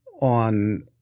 on –